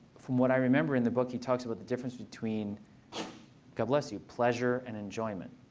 from what i remember in the book, he talks about the difference between god bless you pleasure and enjoyment.